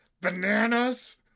Bananas